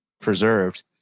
preserved